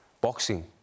boxing